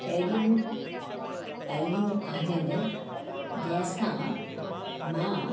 अहिड़ियूं ॻाल्हियूं आहिनि जंहिंसां मां